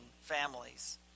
families